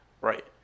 Right